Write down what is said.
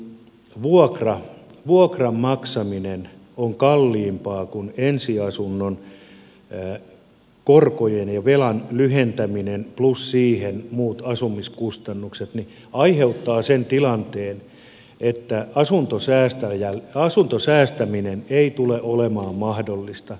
se että vuokran maksaminen on kalliimpaa kuin ensiasunnon korkojen ja velan lyhentäminen plus siihen muut asumiskustannukset aiheuttaa sen tilanteen että asuntosäästäminen ei tule olemaan mahdollista